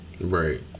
Right